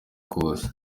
kose